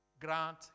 Grant